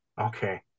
Okay